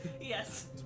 Yes